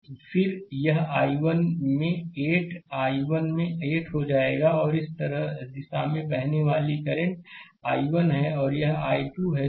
slide समय देखें 1909 फिर यह I1 में 8 I1 में 8 हो जाएगा और इस दिशा में बहने वाली करंट I1 है और यह I2 है